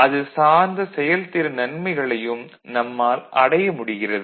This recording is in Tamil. அது சார்ந்த செயல்திறன் நன்மைகளையும் நம்மால் அடைய முடிகிறது